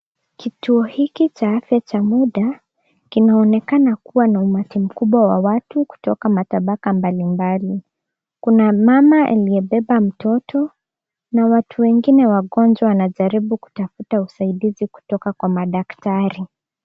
Kituo hiki cha afya cha muda, kinaonekana kuwa na umati mkubwa wa watu kutoka matabaka mbalimbali. Kuna mama aliyebeba mtoto na watu wengine wagonjwa wanajaribu kutafuta usaidizi kutoka kwa madaktari.